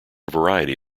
variety